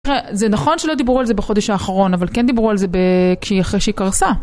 זה נכון שלא דיברו על זה בחודש האחרון, אבל כן דיברו על זה אחרי שהיא קרסה.